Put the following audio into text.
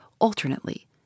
alternately